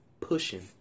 pushing